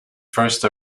first